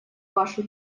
вашу